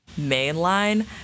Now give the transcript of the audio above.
mainline